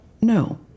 No